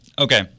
Okay